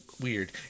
weird